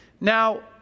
Now